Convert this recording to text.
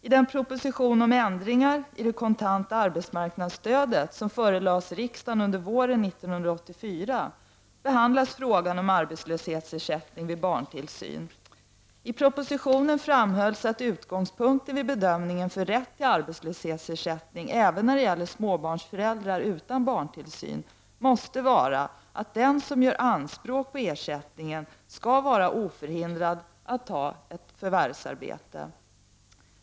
I den proposition om ändringar i det kontanta arbetsmarknadsstödet som förelades riksdagen under våren 1984 , behandlas frågan om arbetslöshetsersättning vid barntillsyn. I propositionen framhölls att utgångspunkten vid bedömningen för rätt till arbetslöshetsersättning även när det gäller småbarnsföräldrar utan barntillsyn måste vara, att den som gör anspråk på ersättning skall vara oförhindrad att åta sig förvärvsarbete.